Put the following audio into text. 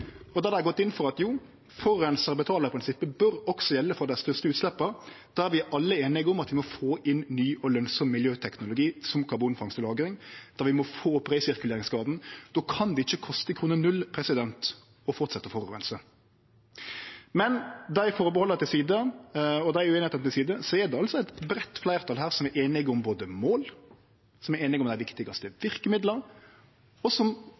der dei har gått inn for at forureinar betalar-prinsippet også bør gjelde for dei største utsleppa. Vi er alle einige om at vi må få inn ny og lønsam miljøteknologi, som karbonfangst og -lagring, og vi må få opp resirkuleringsgraden. Då kan det ikkje koste kr 0 å fortsetje å forureine. Men med desse atterhalda og ueinigheitene til side: Det er eit breitt fleirtal som er einige både om mål, om dei viktigaste verkemidla, og om at dette kjem til å fungere. Då er det sjølvsagt slik at eg som